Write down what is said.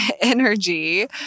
energy